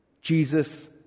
Jesus